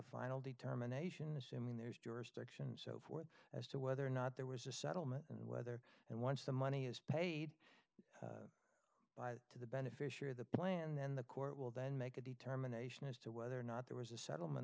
final determination assuming there's jury as to whether or not there was a settlement and whether and once the money is paid by the beneficiary of the plan then the court will then make a determination as to whether or not there was a settlement